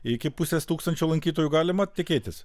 iki pusės tūkstančio lankytojų galima tikėtis